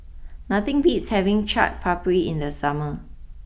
nothing beats having Chaat Papri in the summer